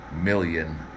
million